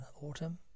autumn